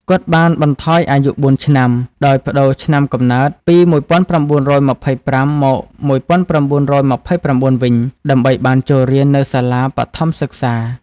គាត់ បានបន្ថយអាយុបួនឆ្នាំ ដោយប្តូរឆ្នាំកំណើតពី១៩២៥ មក ១៩២៩វិញ ដើម្បីបានចូលរៀននៅសាលាបឋមសិក្សា។